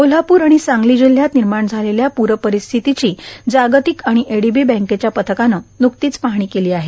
कोल्हापूर आणि सांगली जिल्ह्यात निर्माण झालेल्या पूरपरिस्थितीची जागतिक आणि एडीबी बँकेच्या पथकानं नुकतीच पाहणी केली आहे